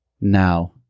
Now